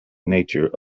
nature